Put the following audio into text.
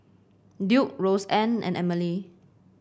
Duke Roseann and Emely